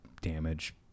damage